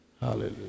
Hallelujah